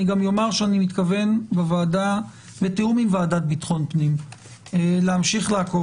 אני גם אומר שאני מתכוון בתיאום עם ועדת ביטחון הפנים להמשיך לעקוב